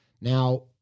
Now